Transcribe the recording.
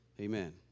Amen